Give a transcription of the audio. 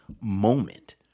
moment